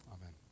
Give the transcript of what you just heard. Amen